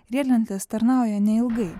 riedlentės tarnauja neilgai